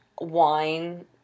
wine